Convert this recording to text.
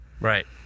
Right